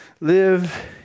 Live